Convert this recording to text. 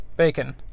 Bacon